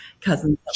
cousins